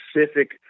specific